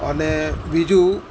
અને બીજું